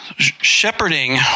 shepherding